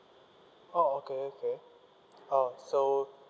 oh okay okay oh so